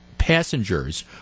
Passengers